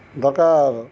ଦର୍କାର୍